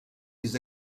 des